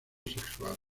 sexual